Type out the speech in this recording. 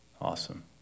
Awesome